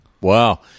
Wow